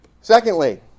Secondly